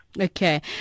Okay